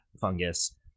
fungus